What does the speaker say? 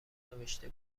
نوشته